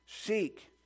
Seek